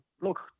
look